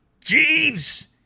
Jeeves